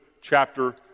chapter